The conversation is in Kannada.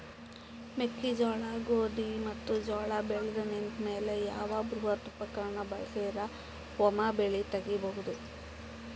ಮೆಕ್ಕೆಜೋಳ, ಗೋಧಿ ಮತ್ತು ಜೋಳ ಬೆಳೆದು ನಿಂತ ಮೇಲೆ ಯಾವ ಬೃಹತ್ ಉಪಕರಣ ಬಳಸಿದರ ವೊಮೆ ಬೆಳಿ ತಗಿಬಹುದು?